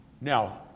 Now